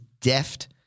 deft